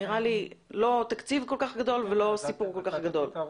נראה לי לא תקציב כל כך גדול ולא סיפור כל כך גדול.